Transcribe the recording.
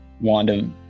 Wanda